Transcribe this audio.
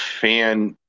fan